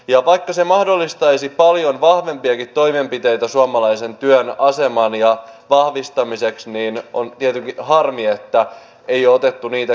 ja vaikka se mahdollistaisi paljon vahvempiakin toimenpiteitä suomalaisen työn aseman vahvistamiseksi niin on tietenkin harmi että ei ole otettu niitä käyttöön